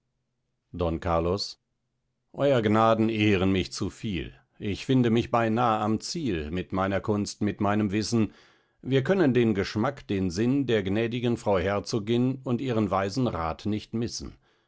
don carlos eur gnaden ehren mich zuviel ich finde mich beinah am ziel mit meiner kunst mit meinem wißen wir können den geschmack den sinn der gnädigen frau herzogin und ihren weisen rath nicht missen